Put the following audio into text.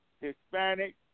Hispanic